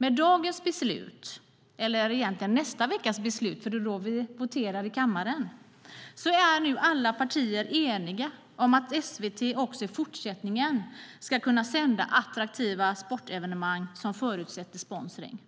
Med dagens beslut - eller nästa veckas beslut eftersom det är då vi voterar i kammaren - är nu alla partier eniga om att SVT också i fortsättningen ska kunna sända attraktiva sportevenemang som förutsätter sponsring.